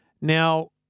Now